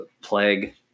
plague